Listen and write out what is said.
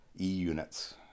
E-units